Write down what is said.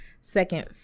second